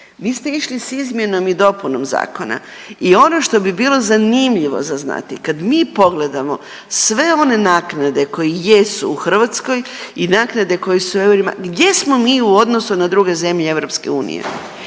vi ste išli s izmjenom i dopunom zakona i ono što bi bilo zanimljivo za znati, kad mi pogledamo sve one naknade koje jesu u Hrvatskoj i naknade koje su u eurima gdje smo mi u odnosu na druge zemlje EU.